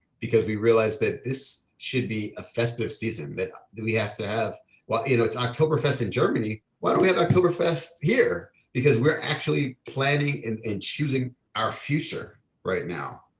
because we realized that this should be a festive season that that we have to have well, you know, it's oktoberfest in germany, why don't we have oktoberfest here, because we're actually planning in choosing our future right now.